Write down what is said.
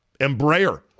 Embraer